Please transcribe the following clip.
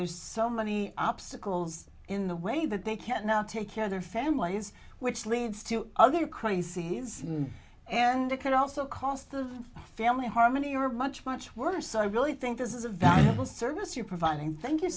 there's so many obstacles in the way that they can now take care of their families which leads to other crises and it can also cost the family harmony or much much worse so i really think this is a valuable service you're providing thank you